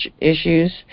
issues